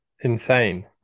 insane